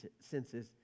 senses